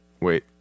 Wait